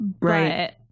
Right